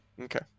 Okay